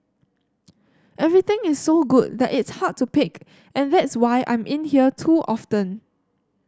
everything is so good that it's hard to pick and that's why I'm in here too often